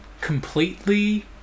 completely